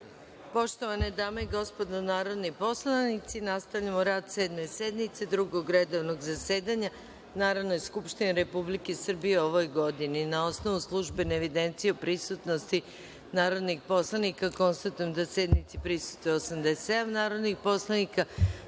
Poštovane dame i gospodo narodni poslanici, nastavljamo rad Sedme sednice Drugog redovnog zasedanja Narodne skupštine Republike Srbije u 2016. godini. Na osnovu službene evidencije o prisutnosti narodnih poslanika, konstatujem da sednici prisustvuje 87 narodnih poslanika. Radi